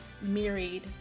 married